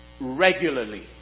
regularly